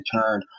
turn